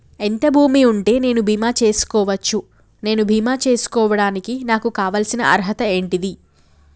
ఎంత భూమి ఉంటే నేను బీమా చేసుకోవచ్చు? నేను బీమా చేసుకోవడానికి నాకు కావాల్సిన అర్హత ఏంటిది?